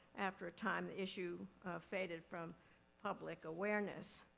after a time, the issue faded from public awareness.